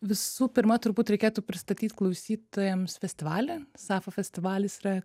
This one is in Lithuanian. visų pirma turbūt reikėtų pristatyt klausytojams festivalį safa festivalis yra